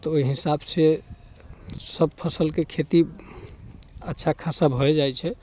तऽ ओहि हिसाबसँ सब फसिलके खेती अच्छा खासा भइए जाइ छै